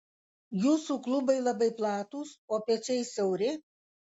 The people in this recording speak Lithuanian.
jūsų klubai labai platūs o pečiai siauri